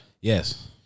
Yes